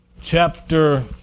chapter